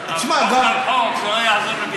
הוא יודע.